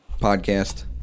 podcast